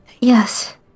Yes